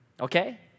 Okay